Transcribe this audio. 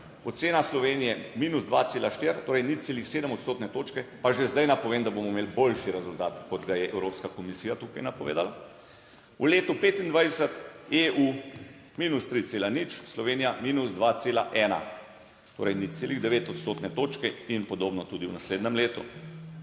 ocena Slovenije minus 2,4 torej, 0,7 odstotne točke pa že zdaj napovem, da bomo imeli boljši rezultat kot ga je Evropska komisija tukaj napovedala. V letu 2025 EU minus 3,0 milijona, Slovenija minus 2,1 torej 0,9 odstotne točke in podobno tudi v naslednjem letu.